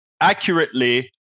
accurately